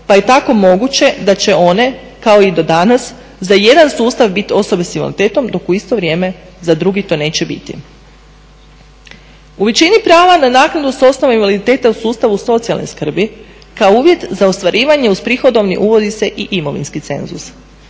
Pa je tako moguće da će one kao i do danas za jedan sustav biti osobe s invaliditetom dok u isto vrijeme za drugi to neće biti. U većini prava na naknadu s osnove invaliditeta u sustavu socijalne skrbi kao uvjet za ostvarivanje uz prihodovni uvodi se i imovinski cenzus.